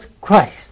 Christ